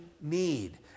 need